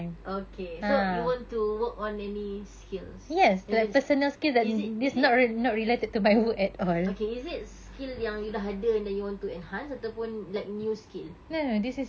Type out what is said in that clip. okay so you want to work on any skills that means is it is it okay is it skill yang you dah ada and then you want to enhance ataupun like new skill